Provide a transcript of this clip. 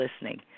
listening